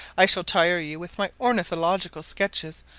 i shall tire you with my ornithological sketches,